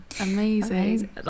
amazing